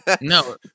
No